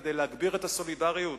כדי להגביר את הסולידריות?